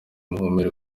muhumure